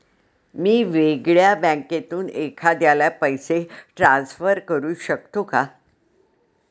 मी वेगळ्या बँकेतून एखाद्याला पैसे ट्रान्सफर करू शकतो का?